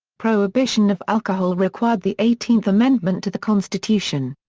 prohibition of alcohol required the eighteenth amendment to the constitution.